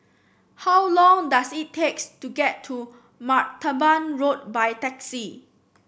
how long does it takes to get to Martaban Road by taxi